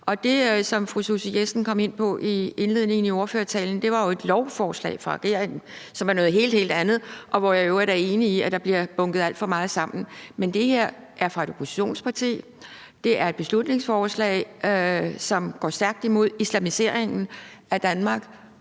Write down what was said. Det, som fru Susie Jessen kom ind på i indledningen i ordførertalen, var jo et lovforslag, som er noget helt, helt andet, og der er jeg i øvrigt enig i, at der bliver bunket alt for meget sammen. Men det her er fra et oppositionsparti. Det er et beslutningsforslag, som går stærkt imod islamiseringen af Danmark.